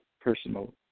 personal